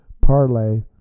parlay